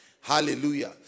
Hallelujah